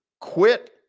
quit